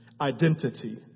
Identity